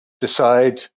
decide